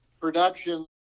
production